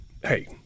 hey